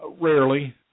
Rarely